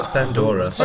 Pandora